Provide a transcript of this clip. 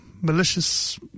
malicious